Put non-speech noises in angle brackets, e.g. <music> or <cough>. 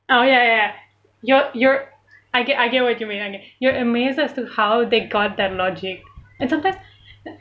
oh ya ya ya your you're I get I get what you mean I know you're amazed as to how they got that logic and sometimes <breath>